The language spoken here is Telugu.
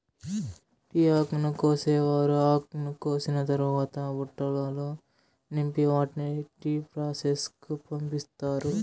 టీ ఆకును కోసేవారు ఆకును కోసిన తరవాత బుట్టలల్లో నింపి వాటిని టీ ప్రాసెస్ కు పంపిత్తారు